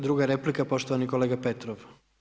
Druga replika poštovani kolega Petrov.